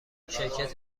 شرکت